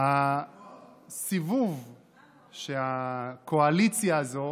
הסיבוב שהקואליציה הזו